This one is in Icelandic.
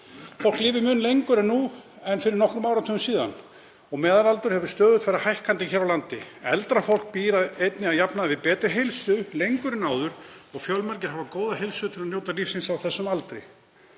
Fólk lifir mun lengur nú en fyrir nokkrum áratugum síðan og meðalaldur hefur stöðugt farið hækkandi hér á landi. Eldra fólk býr einnig að jafnaði lengur við betri heilsu en áður og fjölmargir hafa góða heilsu til að njóta lífsins á þessum aldri.